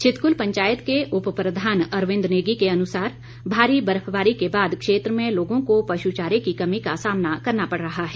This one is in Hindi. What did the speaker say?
छितक्ल पंचायत के उपप्रधान अरविन्द नेगी के अनुसार भारी बर्फबारी के बाद क्षेत्र में लोगों को पशु चारे की कमी का सामना करना पड़ रहा है